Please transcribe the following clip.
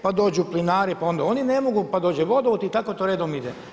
Pa dođu plinari, pa onda oni ne mogu, pa dođe vodovod i tako to redom ide.